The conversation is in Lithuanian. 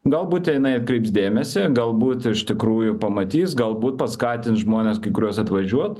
galbūt jinai atkreips dėmesį galbūt iš tikrųjų pamatys galbūt paskatins žmones kai kuriuos atvažiuot